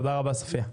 תודה רבה סופיה.